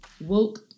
woke